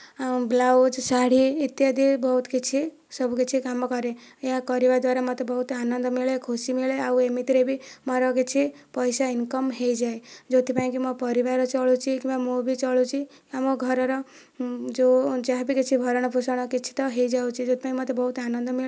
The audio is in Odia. ଆଉ ବ୍ଲାଉଜ ଶାଢ଼ୀ ଇତ୍ୟାଦି ବହୁତ କିଛି ସବୁକିଛି କାମ କରେ ଏହା କରିବା ଦ୍ୱାରା ମୋତେ ବହୁତ ଆନନ୍ଦ ମିଳେ ଖୁସି ମିଳେ ଆଉ ଏମିତିରେ ବି ମୋର କିଛି ପଇସା ଇନକମ୍ ହୋଇଯାଏ ଯେଉଁଥିପାଇଁ କି ମୋ ପରିବାର ଚଳୁଛି କିମ୍ବା ମୁଁ ବି ଚଳୁଛି ଆମ ଘରର ଯେଉଁ ଯାହା ବି କିଛି ଭରଣ ପୋଷଣ କିଛି ତ ହୋଇଯାଉଛି ସେଥିପାଇଁ ମୋତେ ବହୁତ ଆନନ୍ଦ ମିଳେ